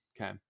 okay